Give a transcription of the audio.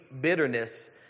bitterness